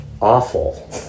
awful